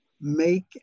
make